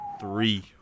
Three